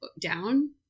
down